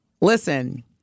Listen